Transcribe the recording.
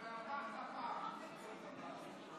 ביקשת להעביר דבר אחד ב-60 שניות,